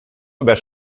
über